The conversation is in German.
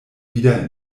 wieder